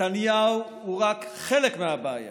נתניהו הוא רק חלק מהבעיה.